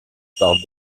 par